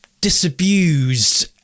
disabused